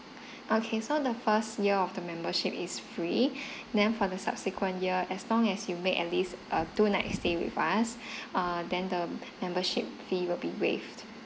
okay so the first year of the membership is free then for the subsequent year as long as you make at least err two nights stay with us err then the membership fee will be waived